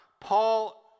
Paul